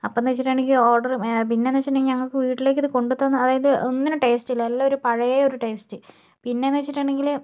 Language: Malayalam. അപ്പംന്ന് വെച്ചിട്ടുണ്ടെങ്കിൽ ഓർഡർ പിന്നെ എന്ന് വച്ചിട്ടുണ്ടെങ്കിൽ ഞങ്ങൾക്ക് വീട്ടിലേക്ക് ഇത് കൊണ്ടുതന്ന അതായത് ഒന്നിനും ടേസ്റ്റ് ടേസ്റ്റ് പിന്നെ എന്ന് വച്ചിട്ടുണ്ടെങ്കിൽ